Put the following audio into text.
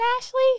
Ashley